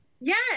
Yes